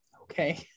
okay